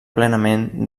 plenament